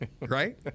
Right